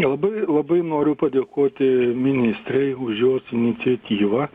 labai labai noriu padėkoti ministrei už jos iniciatyvą